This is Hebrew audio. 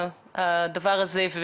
הדבר הזה,